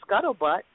scuttlebutt